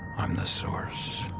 i'm the source.